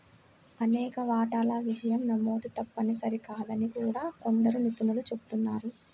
అనేక వాటాల విషయం నమోదు తప్పనిసరి కాదని కూడా కొందరు నిపుణులు చెబుతున్నారు